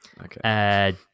Okay